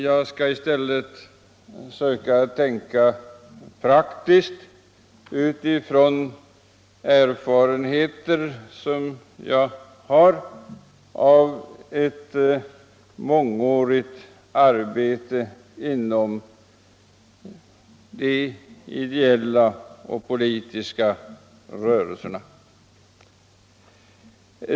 Jag skall i stället söka tänka praktiskt med utgångspunkt från de erfarenheter jag har av ett mångårigt arbete inom de ideella och politiska rörelserna.